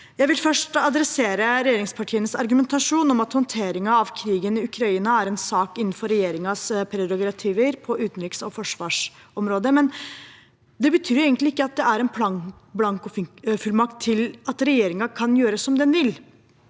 Jeg vil først kommentere regjeringspartienes argumentasjon om at håndteringen av krigen i Ukraina er en sak innenfor regjeringens prerogativer på utenriks- og forsvarsområdet. Det betyr egentlig ikke at det er en blankofullmakt til at regjeringen kan gjøre som den vil.